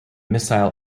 missile